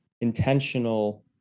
intentional